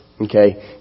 Okay